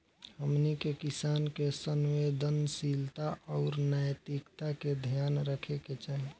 हमनी के किसान के संवेदनशीलता आउर नैतिकता के ध्यान रखे के चाही